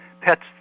pets